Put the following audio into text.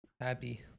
Happy